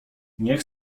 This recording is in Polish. niech